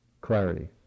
clarity